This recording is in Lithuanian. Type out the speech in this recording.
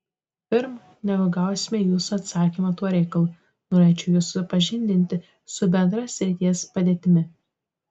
pirm negu gausime jūsų atsakymą tuo reikalu norėčiau jus supažindinti su bendra srities padėtimi